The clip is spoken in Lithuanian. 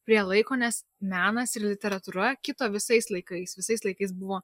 prie laiko nes menas ir literatūra kito visais laikais visais laikais buvo